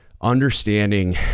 understanding